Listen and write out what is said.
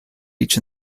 each